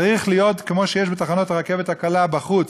צריך להיות כמו שיש בתחנת הרכבת הקלה, בחוץ,